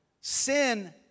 Sin